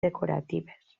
decoratives